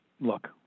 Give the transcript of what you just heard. look